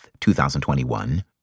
2021